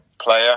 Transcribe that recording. player